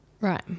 Right